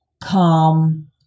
calm